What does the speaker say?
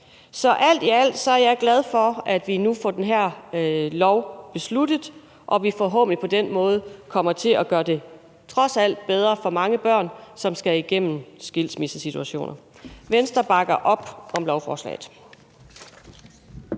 Alt i alt er jeg glad for, at vi nu får den her lov besluttet og vi forhåbentlig på den måde trods alt kommer til at gøre det bedre for mange børn, som skal igennem skilsmissesituationer. Venstre bakker op om lovforslaget.